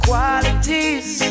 qualities